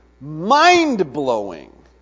mind-blowing